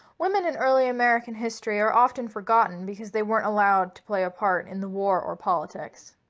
women in early american history are often forgotten because they weren't allowed to play a part in the war or politics,